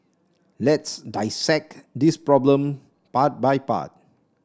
let's dissect this problem part by part